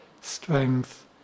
strength